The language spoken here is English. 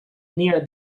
near